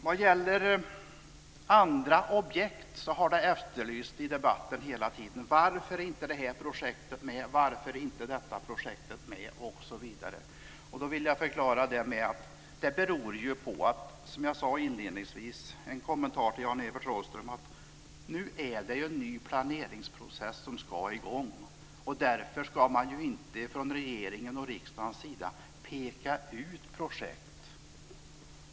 Vad gäller andra objekt har det hela tiden frågats i debatten varför inte det projektet eller det projektet är med. Det beror ju på, som jag sade inledningsvis som en kommentar till Jan-Evert Rådhström, att det nu är en ny planeringsprocess som ska i gång. Därför ska man inte från regeringens och riksdagens sida peka ut projekt.